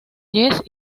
jess